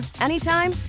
anytime